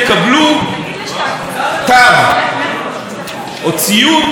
או ציון שמציין את היעילות האנרגטית שלהם.